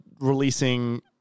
releasing